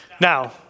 Now